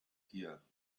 here